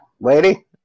lady